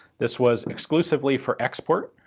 this was exclusively for export,